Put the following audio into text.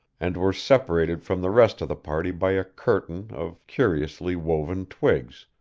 and were separated from the rest of the party by a curtain of curiously-woven twigs,